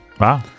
Wow